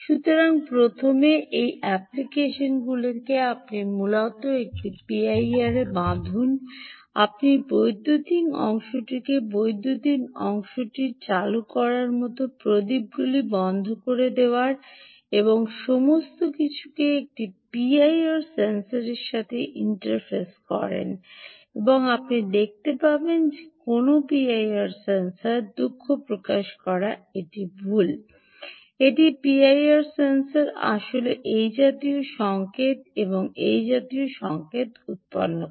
সুতরাং প্রথমে এই অ্যাপ্লিকেশনগুলিকে আপনি মূলত একটি পিআইআর বেঁধে রাখুন আপনি বৈদ্যুতিন অংশটিকে বৈদ্যুতিন অংশটি চালু করার মতো প্রদীপগুলি বন্ধ করে দেওয়ার এবং সমস্ত কিছুকে একটি পিআইআর সেন্সরের সাথে ইন্টারফেস করেন এবং আপনি দেখতে পাবেন যে কোনও পিআইআর সেন্সর দুঃখ প্রকাশ করে এটি ভুল একটি পিআইআর সেন্সর আসলে এই জাতীয় সংকেত এবং এই জাতীয় সংকেত উত্পন্ন করে